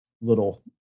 little